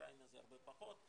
באוקראינה זה הרבה פחות,